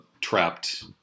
trapped